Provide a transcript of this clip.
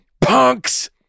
punks